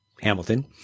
Hamilton